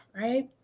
right